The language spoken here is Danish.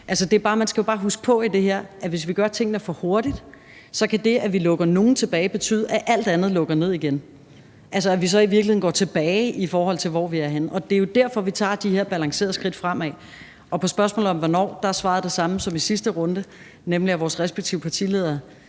man skal bare huske på, at hvis vi gør tingene for hurtigt, kan det, at vi lader nogle komme tilbage, betyde, at alt andet lukker ned igen, og at vi så i virkeligheden går tilbage, i forhold til hvor vi er henne. Det er jo derfor, vi tager de her balancerede skridt fremad. På spørgsmålet om, hvornår det sker, er svaret som i sidste runde, nemlig at vores respektive partiledere